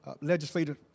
legislative